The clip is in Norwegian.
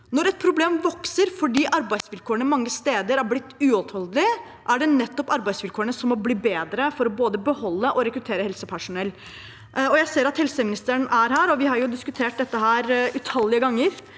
Når et problem vokser fordi arbeidsvilkårene mange steder har blitt uutholdelige, er det nettopp arbeidsvilkårene som må bli bedre for å både beholde og rekruttere helsepersonell. Jeg ser at helseministeren er her, og vi har diskutert dette i helsekomiteen